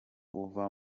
uva